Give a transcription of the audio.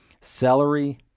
Celery